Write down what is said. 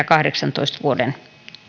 kahdeksantoista vuoden